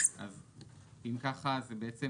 אם כך, זה בעצם